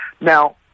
Now